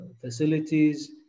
facilities